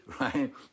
right